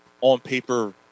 on-paper